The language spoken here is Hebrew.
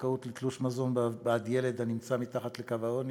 זכאות לתלוש מזון בעד ילד הנמצא מתחת לקו העוני),